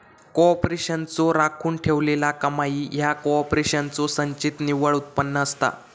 कॉर्पोरेशनचो राखून ठेवलेला कमाई ह्या कॉर्पोरेशनचो संचित निव्वळ उत्पन्न असता